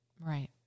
Right